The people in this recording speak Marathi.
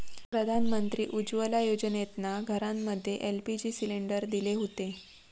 प्रधानमंत्री उज्ज्वला योजनेतना घरांमध्ये एल.पी.जी सिलेंडर दिले हुते